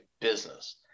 business